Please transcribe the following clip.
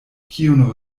kiun